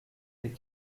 des